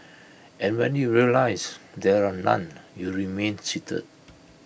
and when you realise there are none you remain seated